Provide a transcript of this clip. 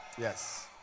Yes